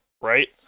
right